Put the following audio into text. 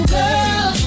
girl